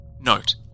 Note